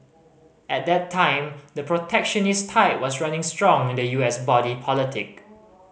at that time the protectionist tide was running strong in the U S body politic